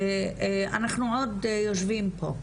אנחנו עוד יושבים פה,